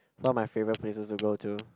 some of my favourite places to go to